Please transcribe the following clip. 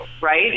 right